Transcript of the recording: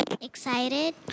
Excited